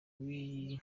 w’iyi